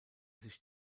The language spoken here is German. sich